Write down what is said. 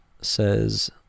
says